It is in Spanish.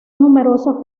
numerosos